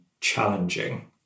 challenging